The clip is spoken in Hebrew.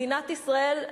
מדינת ישראל,